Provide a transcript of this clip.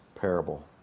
parable